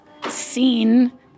seen